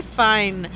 fine